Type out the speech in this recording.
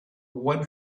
one